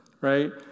right